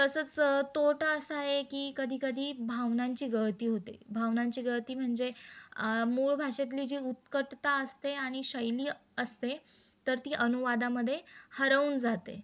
तसंच तोटा असा आहे की कधीकधी भावनांची गळती होते भावनांची गळती म्हणजे आ मूळ भाषेतली जी उत्कटता असते आणि शैली असते तर ती अनुवादामध्ये हरवून जाते